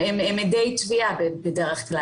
הם עדי תביעה, בדרך כלל.